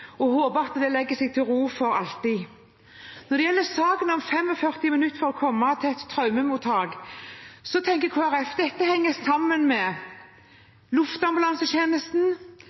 vi håper den har senket seg for alltid. Når det gjelder saken om 45 minutter for å komme til et traumemottak, tenker Kristelig Folkeparti at dette henger sammen med luftambulansetjenesten,